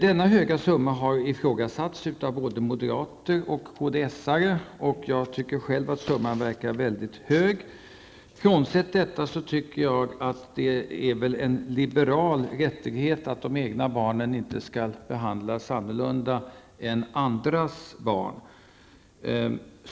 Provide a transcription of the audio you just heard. Denna stora summa har ifrågasatts av både moderater och kds-are. Själv tycker jag att summan verkar väldigt stor. Bortsett från detta tycker jag att det väl är en liberal rättighet att de egna barnen behandlas på samma sätt som andra barn.